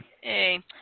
Hey